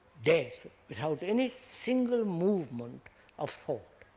death without any single movement of thought?